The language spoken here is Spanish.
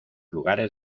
lugares